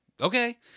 okay